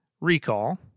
recall